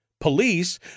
Police